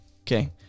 Okay